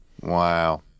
Wow